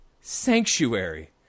sanctuary